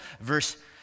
Verse